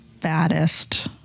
baddest